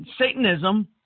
Satanism